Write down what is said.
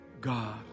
God